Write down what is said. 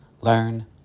learn